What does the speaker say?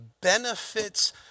benefits